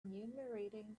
enumerating